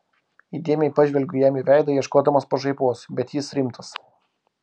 įdėmiai pažvelgiu jam į veidą ieškodama pašaipos bet jis rimtas